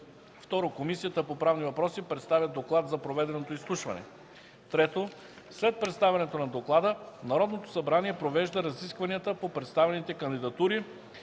2. Комисията по правни въпроси представя доклад за проведеното изслушване. 3. След представянето на доклада Народното събрание провежда разискванията по представените кандидатури